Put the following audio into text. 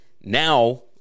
Now